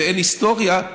ואין היסטוריה,